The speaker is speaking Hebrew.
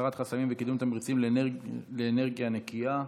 הסרת חסמים וקידום תמריצים לאנרגיה נקייה.